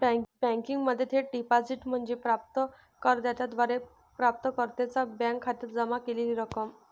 बँकिंगमध्ये थेट डिपॉझिट म्हणजे प्राप्त कर्त्याद्वारे प्राप्तकर्त्याच्या बँक खात्यात जमा केलेली रक्कम